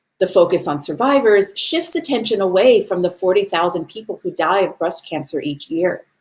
the focus on survivors shifts attention away from the forty thousand people who die of breast cancer each year.